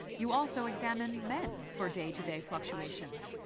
you also examine men for day to day fluctuations.